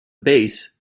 base